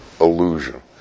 illusion